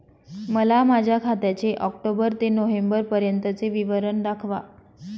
मला माझ्या खात्याचे ऑक्टोबर ते नोव्हेंबर पर्यंतचे विवरण दाखवा